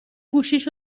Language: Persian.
گوشیش